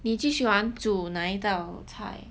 你最喜欢煮哪一道菜